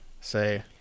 say